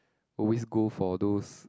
always go for those